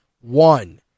one